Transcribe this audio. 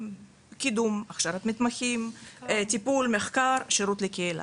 קידום, הכשרת מתמחים, טיפול, מחקר, שירות לקהילה.